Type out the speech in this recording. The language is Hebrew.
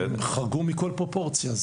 שהן חרגו מכל פרופורציה.